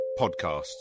podcasts